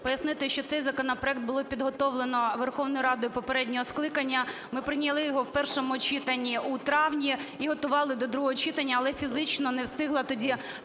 пояснити, що цей законопроект було підготовлено Верховною Радою попереднього скликання. Ми прийняли його в першому читанні у травні і готували до другого читання, але фізично не встигла тоді